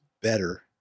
better